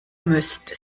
müsst